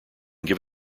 give